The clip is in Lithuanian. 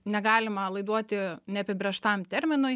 negalima laiduoti neapibrėžtam terminui